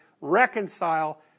reconcile